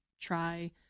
try